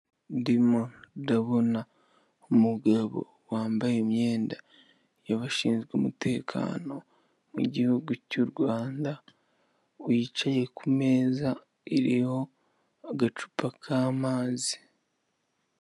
Ndimo ndabona umugabo wambaye imyenda y'abashinzwe umutekano mu gihugu cy'u Rwanda wicaye ku meza iriho agacupa k'amazi.